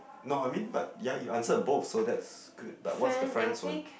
no I mean but ya you answered both so that's good but what's the friends one